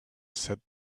said